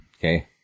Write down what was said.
Okay